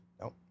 No